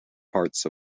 parts